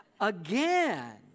again